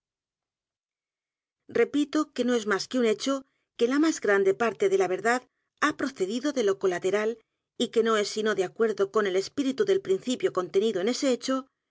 repito queuo es más que un hecho que la más grande p a r t e de la verdad ha procedido de lo colateral y que no es sino de acuerdo con el espíritu del principio contenido en ese hecho